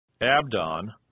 Abdon